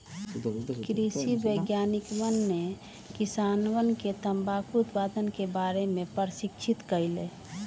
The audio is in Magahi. कृषि वैज्ञानिकवन ने किसानवन के तंबाकू उत्पादन के बारे में प्रशिक्षित कइल